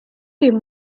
dem